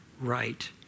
right